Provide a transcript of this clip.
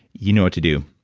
you know what to do.